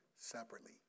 separately